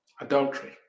adultery